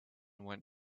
went